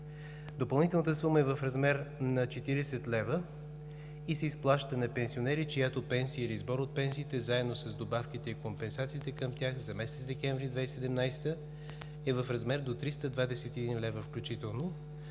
Допълнителната сума е в размер на 40 лв. и се изплаща на пенсионери, чиято пенсия или сбор от пенсиите, заедно с добавките и компенсациите към тях за месец декември 2017 г. е в размер до 321 лв. включително,